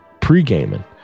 pre-gaming